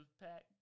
pack